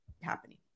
happening